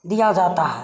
दिया जाता है